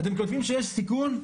אתם כותבים שיש סיכון.